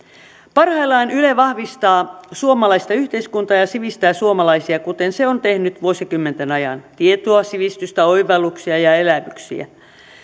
parhaillaan yle vahvistaa suomalaista yhteiskuntaa ja ja sivistää suomalaisia kuten se on tehnyt vuosikymmenten ajan tietoa sivistystä oivalluksia ja elämyksiä